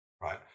right